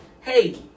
hey